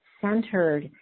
centered